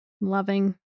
loving